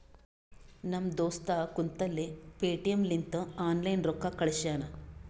ನಮ್ ದೋಸ್ತ ಕುಂತಲ್ಲೇ ಪೇಟಿಎಂ ಲಿಂತ ಆನ್ಲೈನ್ ರೊಕ್ಕಾ ಕಳ್ಶ್ಯಾನ